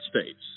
States